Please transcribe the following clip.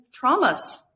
traumas